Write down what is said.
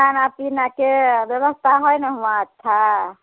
खाना पीनाके व्यवस्था है ने वहाँ अच्छा